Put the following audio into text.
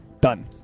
done